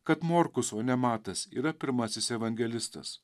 kad morkus o ne matas yra pirmasis evangelistas